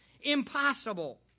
Impossible